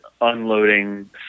unloading